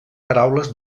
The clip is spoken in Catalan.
paraules